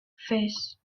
fes